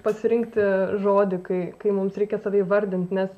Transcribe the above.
pasirinkti žodį kai kai mums reikia save įvardint nes